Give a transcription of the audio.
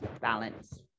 balance